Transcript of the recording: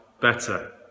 better